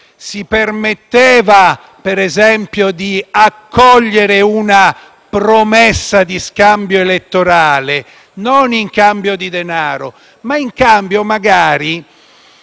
si permetteva, per esempio, di accogliere una promessa di scambio elettorale non in cambio di denaro, ma in cambio magari